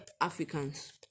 Africans